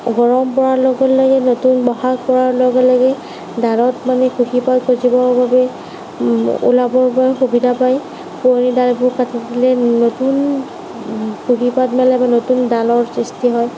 গৰম পৰাৰ লগে লগে নতুন ব'হাগ পোৱাৰ লগে লগে ডালত মানে কুঁহিপাত গজিবৰ বাবে উলাব পৰা সুবিধা পায় পুৰণি ডালবোৰ কাটি দিলেই নতুন কুঁহিপাত মেলে বা নতুন ডালৰ সৃষ্টি হয়